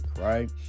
right